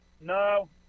No